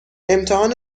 امتحان